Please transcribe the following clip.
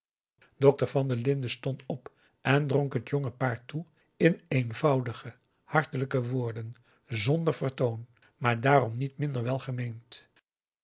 dokter van der linden stond op en dronk het jonge paar toe in eenvoudige hartelijke woorden zonder vertoon maar daarom niet minder welgemeend